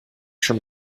schon